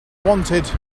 wanted